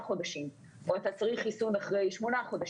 חודשים או אתה צריך חיסון אחרי שמונה חודשים,